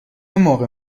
موقع